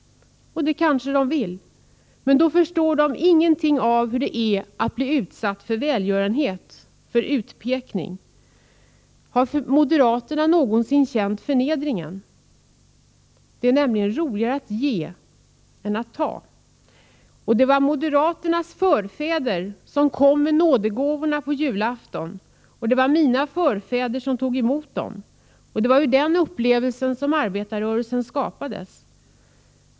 Det kanske de gör. Men då förstår de ingenting av hur det är att bli utsatt för välgörenhet, för utpekning. Har moderaterna någonsin känt förnedringen? Det är nämligen roligare att ge än att ta. Det var moderaternas förfäder som kom med nådegåvorna på julafton, och det var mina förfäder som tog emot dem. Det var ur sådana upplevelser som arbetarrörelsen skapades.